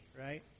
Right